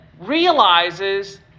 realizes